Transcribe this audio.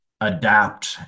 adapt